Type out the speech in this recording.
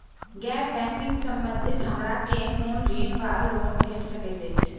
गैर बैंकिंग संबंधित हमरा केँ कुन ऋण वा लोन भेट सकैत अछि?